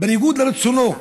בניגוד לרצונו,